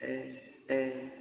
ए ए